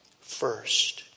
first